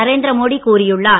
நரேந்திரமோடி கூறியுள்ளார்